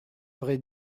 vrai